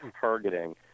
targeting